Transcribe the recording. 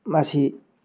ꯃꯁꯤ